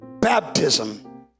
baptism